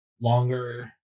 longer